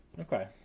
Okay